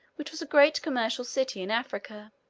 which was a great commercial city in africa.